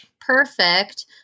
perfect